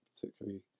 particularly